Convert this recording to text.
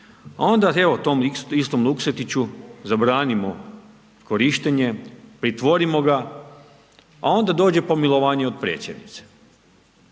a onda evo, tom istom Luksetiću, zabranimo korištenje, pritvorimo ga, a onda dođe pomilovanje od predsjednice,